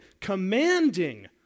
commanding